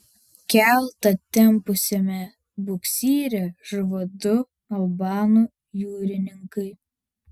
keltą tempusiame buksyre žuvo du albanų jūrininkai